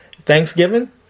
Thanksgiving